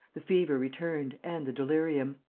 the fever returned and the delirium.